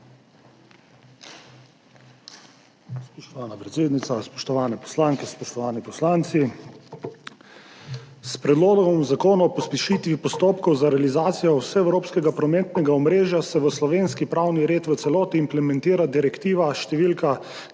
Spoštovana predsednica, spoštovane poslanke, spoštovani poslanci! S Predlogom zakona o pospešitvi postopkov za realizacijo vseevropskega prometnega omrežja se v slovenski pravni red v celoti implementira direktiva številka